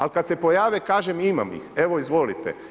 Ali kada se pojave kažem imam ih, evo izvolite.